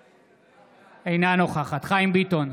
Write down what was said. אינה נוכחת חיים ביטון,